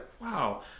wow